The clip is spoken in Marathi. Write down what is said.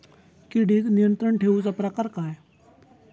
किडिक नियंत्रण ठेवुचा प्रकार काय?